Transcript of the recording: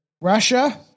Russia